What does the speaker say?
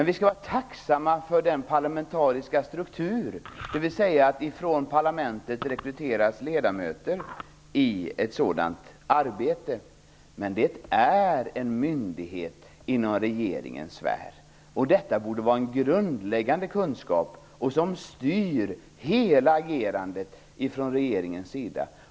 Vi skall vara tacksamma för den parlamentariska strukturen, dvs. för att det från parlamentet rekryteras ledamöter till sådant här arbete, men det gäller här en myndighet inom regeringens sfär. Detta borde vara en grundläggande kunskap, och den styr också hela agerandet från regeringens sida.